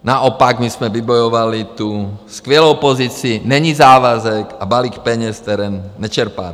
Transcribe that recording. Naopak, my jsme vybojovali tu skvělou pozici: není závazek a balík peněz, které nečerpáte.